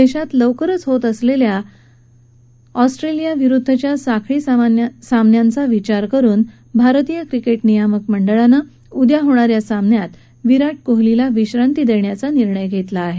देशात लवकरच होत असलेल्या ऑस्ट्रेलियाविरुद्धच्या साखळी सामन्यांचा विचार करुन भारतीय क्रिकेट नियामक मंडळानं उद्या होणा या सामन्यात विराट कोहलीला विश्रांती दयायचा निर्णय घेतला आहे